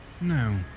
No